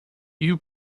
you